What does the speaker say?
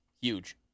Huge